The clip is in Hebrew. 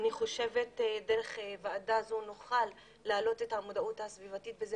אני חושבת שדרך ועדה זו נוכל להעלות את המודעות הסביבתית וזה